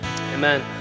amen